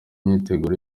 myiteguro